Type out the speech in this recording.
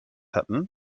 hatten